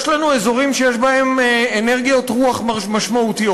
יש לנו אזורים שיש בהם אנרגיות רוח משמעותיות,